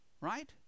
right